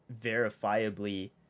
verifiably